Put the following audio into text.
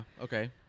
Okay